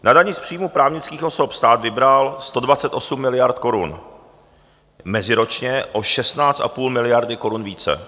Na dani z příjmů právnických osob stát vybral 128 miliard korun, meziročně o 16,5 miliardy korun více.